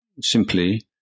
simply